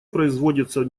производится